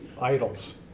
idols